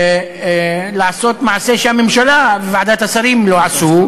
לעשות מעשה שהממשלה וועדת השרים לא עשו,